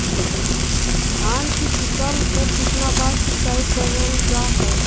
धान की फ़सल को कितना बार सिंचाई करल जा हाय?